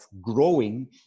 growing